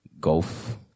Golf